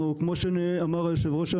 כמו שאמר היושב ראש,